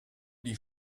die